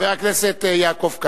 חבר הכנסת יעקב כץ.